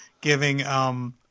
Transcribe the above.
giving –